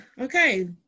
Okay